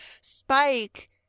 Spike